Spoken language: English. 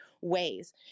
ways